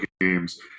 games